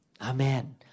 Amen